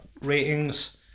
Ratings